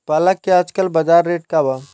पालक के आजकल बजार रेट का बा?